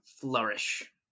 flourish